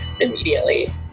immediately